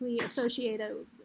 associated